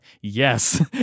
Yes